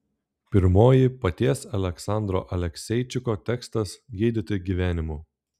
pirmoji paties aleksandro alekseičiko tekstas gydyti gyvenimu